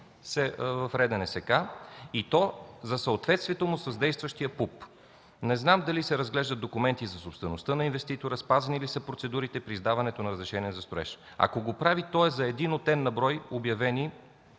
му в РДНСК, и то за съответствието му с действащия ПУП. Не знам дали са разглеждали документи за собствеността на инвеститора, спазени ли са процедурите при издаването на разрешения за строеж. Ако го прави, то е за един от n на брой обявени